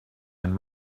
and